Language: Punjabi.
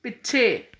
ਪਿੱਛੇ